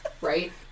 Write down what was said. Right